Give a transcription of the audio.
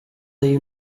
the